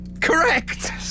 Correct